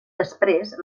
després